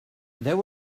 there